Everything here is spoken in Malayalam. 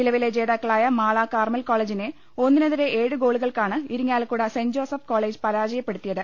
നിലവിലെ ജേതാക്കളായ മാള കാർമൽ കോളെജിനെ ഒ ന്നിനെതിരെ ഏഴ് ഗോളുകൾക്കാണ് ഇരിങ്ങാലക്കുട സെന്റ്ജോസഫ് കോ ളെജ് പരാജയപ്പെടുത്തിയത്